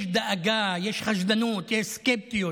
יש דאגה, יש חשדנות, יש סקפטיות,